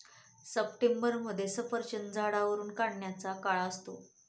सप्टेंबरमध्ये सफरचंद झाडावरुन काढायचा काळ असतो